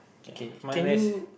okay can you